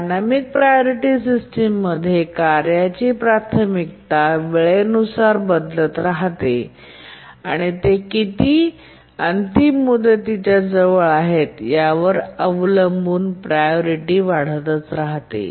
dynamic priority system मध्ये कार्यांची प्राथमिकता वेळेनुसार बदलत राहते आणि ते किती अंतिम मुदतीच्या जवळ आहेत यावर अवलंबून प्रायोरिटी वाढतच राहते